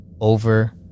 over